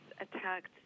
attacked